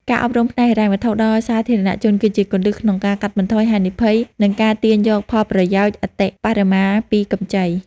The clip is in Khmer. ការអប់រំផ្នែកហិរញ្ញវត្ថុដល់សាធារណជន គឺជាគន្លឹះក្នុងការកាត់បន្ថយហានិភ័យ និងការទាញយកផលប្រយោជន៍អតិបរមាពីកម្ចី។